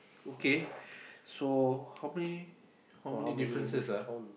okay so how many how many differences ah